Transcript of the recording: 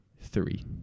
three